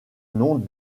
nom